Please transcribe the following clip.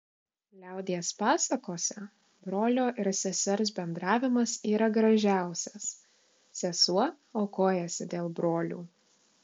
liaudies pasakose brolio ir sesers bendravimas yra gražiausias sesuo aukojasi dėl brolių